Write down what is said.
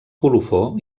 colofó